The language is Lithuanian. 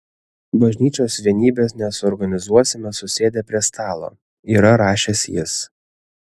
bažnyčios vienybės nesuorganizuosime susėdę prie stalo yra rašęs jis